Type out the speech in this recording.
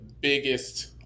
biggest